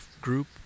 group